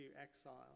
exile